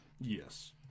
Yes